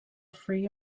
free